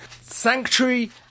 Sanctuary